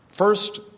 First